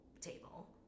table